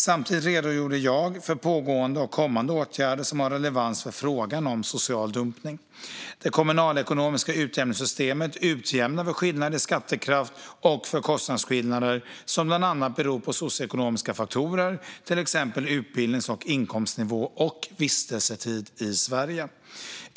Samtidigt redogjorde jag för pågående och kommande åtgärder som har relevans för frågan om social dumpning. Det kommunalekonomiska utjämningssystemet utjämnar för skillnader i skattekraft och för kostnadsskillnader som bland annat beror på socioekonomiska faktorer, till exempel utbildnings och inkomstnivå och vistelsetid i Sverige.